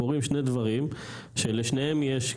קורים שני דברים שלשניהם יש,